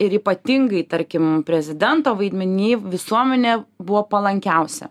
ir ypatingai tarkim prezidento vaidmeny visuomenė buvo palankiausia